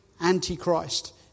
Antichrist